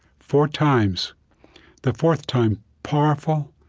four times the fourth time, powerful,